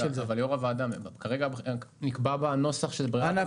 אבל יו"ר הוועדה כרגע נקבע בנוסח שבברירת המחדל זה עובר להצהרה.